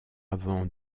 avant